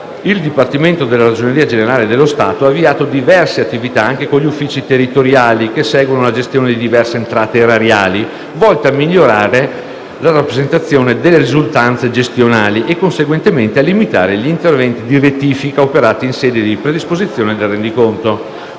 il dipartimento della Ragioneria generale dello Stato ha avviato diverse attività anche con gli uffici territoriali che seguono la gestione di diverse entrate erariali, volte a migliorare la rappresentazione delle risultanze gestionali e, conseguentemente, a limitare gli interventi di rettifica operati in sede di predisposizione del rendiconto